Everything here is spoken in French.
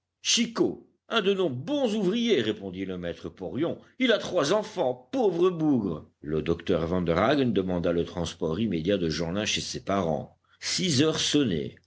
chicot un de nos bons ouvriers répondit le maître porion il a trois enfants pauvre bougre le docteur vanderhaghen demanda le transport immédiat de jeanlin chez ses parents six heures